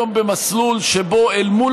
אנחנו נמצאים היום במסלול שבו אל מול